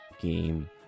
game